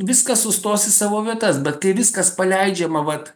viskas sustos į savo vietas bet kai viskas paleidžiama vat